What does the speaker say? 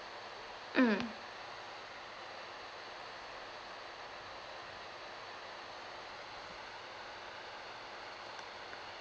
mm